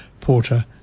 Porter